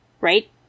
right